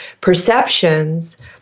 perceptions